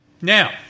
Now